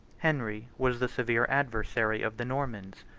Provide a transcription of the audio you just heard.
henry was the severe adversary of the normans,